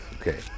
okay